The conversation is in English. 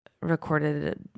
recorded